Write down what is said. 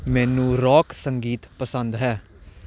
ਮੈਨੂੰ ਰੌਕ ਸੰਗੀਤ ਪਸੰਦ ਹੈ